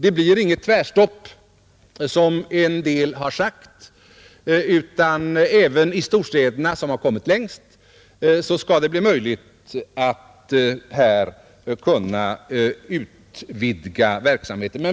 Det blir inget tvärstopp, som en del har sagt, utan även i storstäderna — som har kommit längst — skall det bli möjligt att utvidga verksamheten.